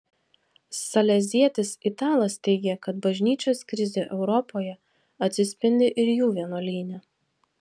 salezietis italas teigia kad bažnyčios krizė europoje atsispindi ir jų vienuolyne